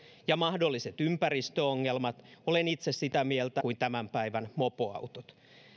ja mahdolliset ympäristöongelmat olen itse sitä mieltä kuin tämän päivän mopoautot